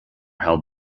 held